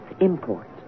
Imports